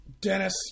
Dennis